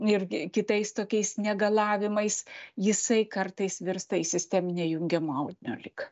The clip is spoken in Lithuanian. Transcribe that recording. irgi kitais tokiais negalavimais jisai kartais virsta į sisteminę jungiamo audinio ligą